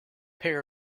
pair